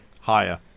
higher